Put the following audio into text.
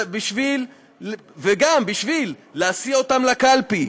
גם בשביל להסיע אותם לקלפי,